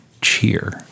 cheer